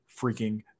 freaking